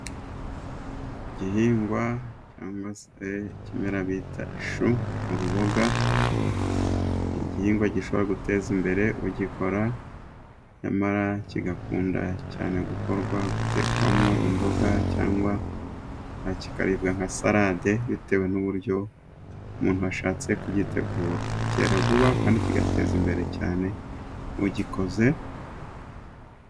Igihingwa cyangwa se ikimera bita ishu, ni uruboga, igihingwa gishobora guteza imbere ugikora, nyamara kigakunda cyane gukorwa, gutekwamo imboga cyangwa kikaribwa nka salade bitewe n'uburyo umuntu ashatse kugitegura ,kera vuba kandi kigateza imbere cyane ugikoze.